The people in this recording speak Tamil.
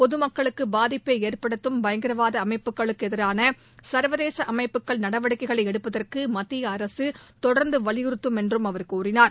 பொது மக்களுக்கு பாதிப்பை ஏற்படுத்தும் பயங்கரவாத அமைப்புகளுக்கு எதிரான சர்வதேச அமைப்புகள் நடவடிக்கைகளை எடுப்பதற்கு மத்திய தொடர்ந்து வலியுறுத்தும் என்றும் அவர் கூறினார்